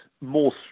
more